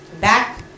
back